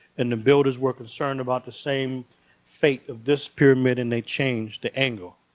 and the builders were concerned about the same fate of this pyramid, and they change the angle.